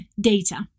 data